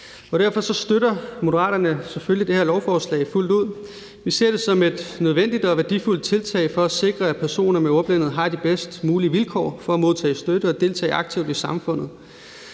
Derfor støtter Moderaterne selvfølgelig det her lovforslag fuldt ud. Vi ser det som et nødvendigt og værdifuldt tiltag for at sikre, at personer med ordblindhed har de bedst mulige vilkår for at modtage støtte og deltage aktivt i samfundet.